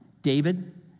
David